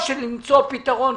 או למצוא פתרון,